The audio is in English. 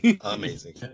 Amazing